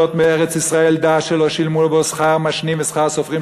מארץ-ישראל דע שלא שילמו בו שכר משנים ושכר סופרים,